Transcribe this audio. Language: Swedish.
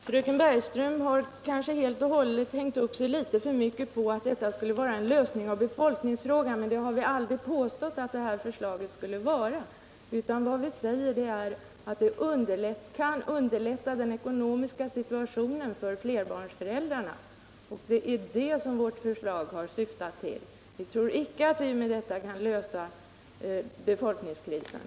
Herr talman! Fröken Bergström har kanske helt enkelt hängt upp sig litet för mycket på att detta skulle vara en lösning av befolkningsfrågan, men det har vi aldrig påstått att förslaget skulle vara. Vad vi säger är att det kan underlätta den ekonomiska situationen för flerbarnsföräldrarna, det är det vårt förslag har syftat till. Vi tror icke att vi med detta kan lösa befolkningskrisen.